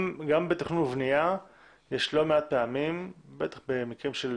גם בתכנון ובנייה יש לא מעט פעמים, בטח במקרים של